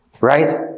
Right